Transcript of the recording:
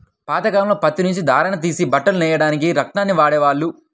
పాతకాలంలో పత్తి నుంచి దారాన్ని తీసి బట్టలు నెయ్యడానికి రాట్నాన్ని వాడేవాళ్ళు